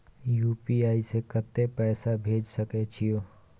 UPI से कत्ते पैसा भेज सके छियै?